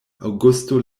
aŭgusto